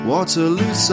Waterloo